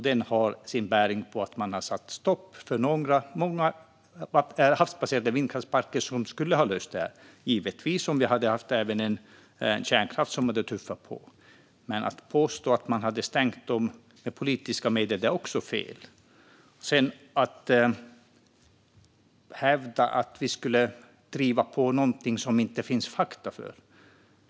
Detta beror på att man har satt stopp för många havsbaserade vindkraftsparker, som skulle ha löst det här. Det hade givetvis gällt även om vi hade haft kärnkraft som hade tuffat på, men det är fel att påstå att den har stängts med politiska medel. Det hävdas att vi skulle driva på för någonting som det inte finns fakta för.